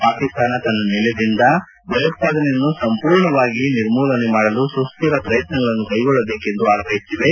ಪಾಕಿಸ್ತಾನ ತನ್ನ ನೆಲೆದಿಂದ ಭಯೋತ್ಸಾದನೆಯನ್ನು ಸಂಪೂರ್ಣವಾಗಿ ನಿರ್ಮೂಲನೆ ಮಾಡಲು ಸುಸ್ತಿರ ಪ್ರಯತ್ತಗಳನ್ನು ಕ್ಷೆಗೊಳ್ಳಬೇಕೆಂದು ಆಗ್ರಹಿಸಿವೆ